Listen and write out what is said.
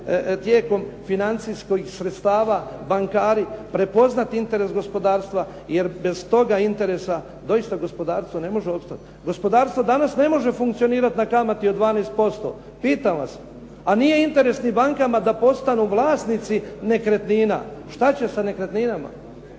tijekom financijskim sredstava bankari, prepoznati interes gospodarstva, jer bez toga interesa doista gospodarstvo ne može opstati. Gospodarstvo danas ne može funkcionirati na kamati od 12%. Pitam vas. A nije interes ni bankama da postanu vlasnici nekretnina. Što će sa nekretninama?